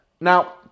Now